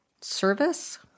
service